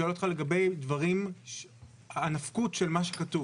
אני שואל אותך לגבי הנפקות של מה שכתוב.